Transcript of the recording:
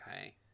Okay